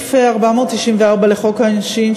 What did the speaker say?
סעיף 494 לחוק העונשין,